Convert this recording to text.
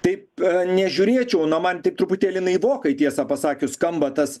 taip nežiūrėčiau na man tik truputėlį naivokai tiesą pasakius skamba tas